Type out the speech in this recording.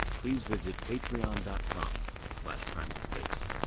please visit patreon and com primalspace,